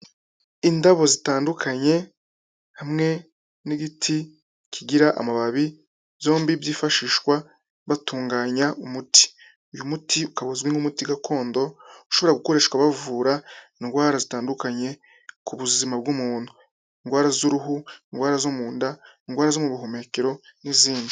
Indabo zitandukanye hamwe n'igiti kigira amababi, byombi byifashishwa batunganya umuti, uyu muti ukaba uzwi nk'umuti gakondo ushobora gukoreshwa bavura indwara zitandukanye ku buzima bw'umuntu, indwara z'uruhu, indwara zo mu nda, indwara zo mu buhumekero n'izindi.